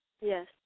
Yes